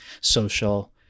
social